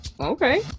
Okay